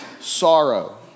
sorrow